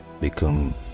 become